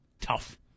tough